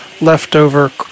leftover